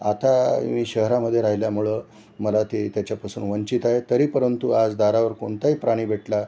आता शहरामध्ये राहिल्यामुळं मला ते त्याच्यापासून वंचित आहे तरी परंतु आज दारावर कोणताही प्राणी भेटला